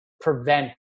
prevent